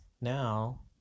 Now